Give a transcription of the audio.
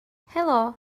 helo